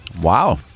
Wow